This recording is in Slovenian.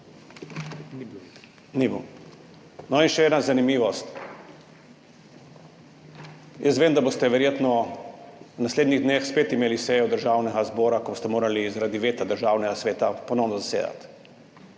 za oboje. No, in še ena zanimivost, jaz vem, da boste verjetno v naslednjih dneh spet imeli sejo Državnega zbora, ko boste morali zaradi veta Državnega sveta ponovno zasedati